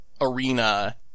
arena